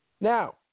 Now